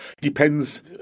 depends